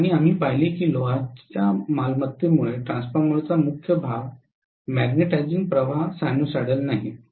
आणि आम्ही पाहिले की लोहाच्या मालमत्तेमुळे ट्रान्सफॉर्मरचा मुख्य भाग मॅग्नेटिझिंग प्रवाह सायनुसायडल नाहीत